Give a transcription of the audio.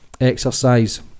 exercise